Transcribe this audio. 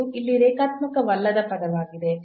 ಇದು ಇಲ್ಲಿ ರೇಖಾತ್ಮಕವಲ್ಲದ ಪದವಾಗಿದೆ